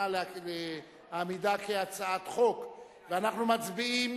להעמידה כהצעת חוק ואנחנו מצביעים.